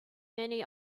many